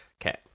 Okay